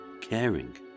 caring